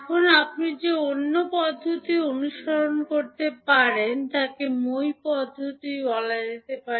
এখন আপনি যে অন্য পদ্ধতি অনুসরণ করতে পারেন তাকে মই পদ্ধতি হিসাবে বলা হয়